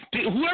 Whoever